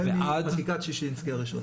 החל מחקיקת שישינסקי הראשונה.